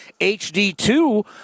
HD2